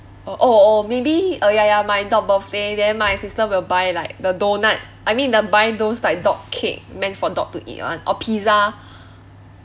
oh oh maybe uh ya ya my dog birthday then my sister will buy like the doughnut I mean the buy those like dog cake meant for dog to eat one or pizza